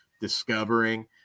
discovering